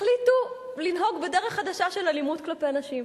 החליטו לנהוג בדרך חדשה של אלימות כלפי נשים,